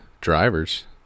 drivers